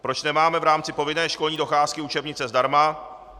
Proč nemáme v rámci povinné školní docházky učebnice zdarma.